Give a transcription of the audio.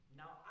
now